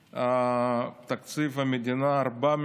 תקציב המדינה ל-2022,